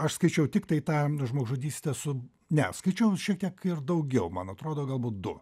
aš skaičiau tiktai tą žmogžudystę su ne skaičiau šiek tiek ir daugiau man atrodo galbūt du